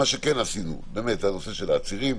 מה שכן עשינו זה הנושא של העצירים,